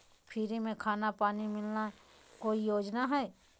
Free में खाना पानी मिलना ले कोइ योजना हय?